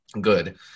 Good